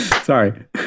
Sorry